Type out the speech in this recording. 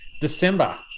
December